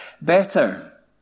better